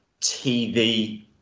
TV